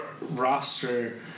roster